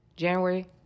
January